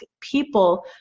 people